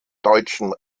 deutschen